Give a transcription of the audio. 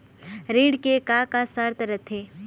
ऋण के का का शर्त रथे?